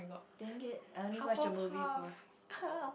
then get I only watched the movie before